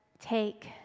Take